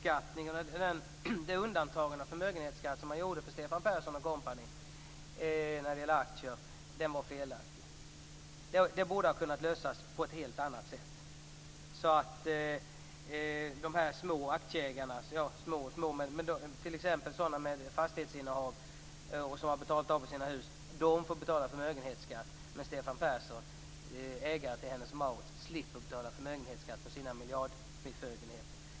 Vi menar att det undantagande av förmögenhetsskatt som gjordes för Stefan Persson & Co. för aktier var felaktig. Det borde ha kunnat lösas på något helt annat sätt. De små aktieägarna, t.ex. sådana med fastighetsinnehav eller som har betalat sina hus, får betala förmögenhetsskatt, men Stefan Persson, ägare till Hennes & Mauritz, slipper betala skatt på sin miljardförmögenhet.